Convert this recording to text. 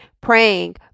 Praying